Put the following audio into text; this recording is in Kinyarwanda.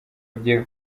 bye